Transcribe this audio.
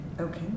Okay